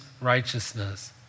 righteousness